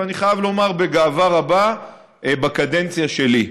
ואני חייב לומר בגאווה רבה: בקדנציה שלי.